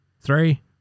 three